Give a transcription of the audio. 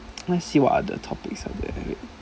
let's see what other topics are there